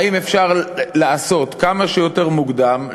האם אפשר לעשות זאת כמה שיותר מוקדם,